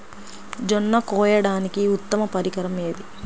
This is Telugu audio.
జొన్న కోయడానికి ఉత్తమ పరికరం ఏది?